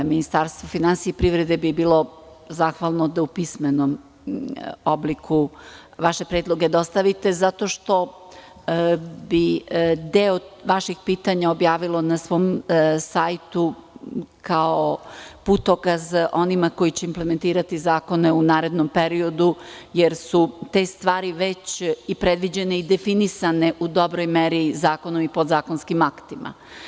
Ministarstvo finansija i privrede bi bilo zahvalno da u pismenom obliku vaše predloge dostavite, zato što bi deo vaših pitanja objavilo na svom sajtu kao putokaz onima koji će implementirati zakone u narednom periodu, jer su te stvari već i predviđene i definisane u dobroj meri zakonom i podzakonskim aktima.